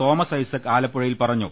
Thomas Isaac ആലപ്പുഴയിൽ പറ ഞ്ഞു